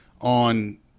on –